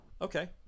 Okay